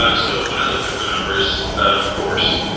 ah so i looked up the numbers, of course.